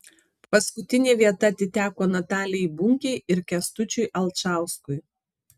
paskutinė vieta atiteko natalijai bunkei ir kęstučiui alčauskui